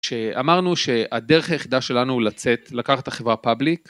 ש שאמרנו שהדרך היחידה שלנו הוא לצאת, לקחת את החברה פאבליק.